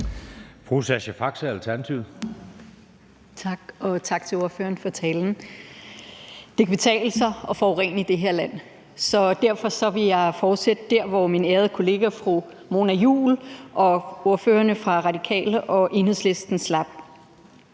tak til ordføreren for talen. Det kan betale sig at forurene i det her land, så derfor vil jeg fortsætte der, hvor min ærede kollega fru Mona Juul og ordførerne fra Radikale og Enhedslisten slap.